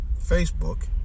Facebook